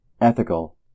ethical